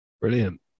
Brilliant